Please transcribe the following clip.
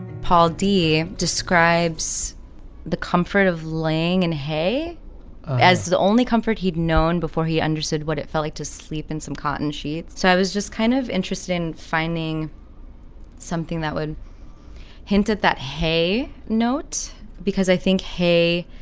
paul deezer describes the comfort of living in hay as the only comfort he'd known before he understood what it felt like to sleep in some cotton sheets. so i was just kind of interested in finding something that would hinted that hay note because i think hay